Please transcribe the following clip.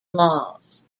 laws